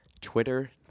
Twitter